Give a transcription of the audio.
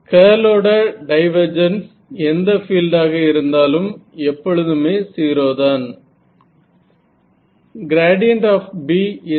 கர்லோட divergence எந்த field ஆக இருந்தாலும் எப்பொழுதுமே 0 தான்